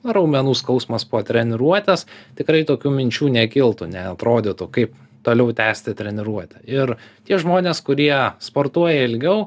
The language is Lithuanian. raumenų skausmas po treniruotės tikrai tokių minčių nekiltų neatrodytų kaip toliau tęsti treniruotę ir tie žmonės kurie sportuoja ilgiau